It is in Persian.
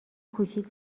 کوچیک